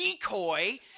decoy